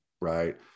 right